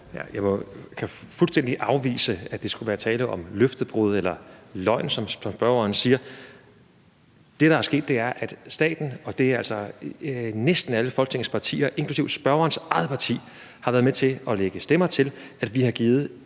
Jeg kan fuldstændig afvise, at der skulle være tale om løftebrud eller løgn, som spørgeren siger. Det, der er sket, er, at staten – og det er altså næsten alle Folketingets partier, inklusive spørgerens eget parti, der har været med til at lægge stemmer til – har givet